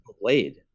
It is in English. blade